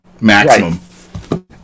maximum